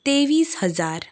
तेवीस हजार